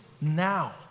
now